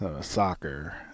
soccer